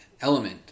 element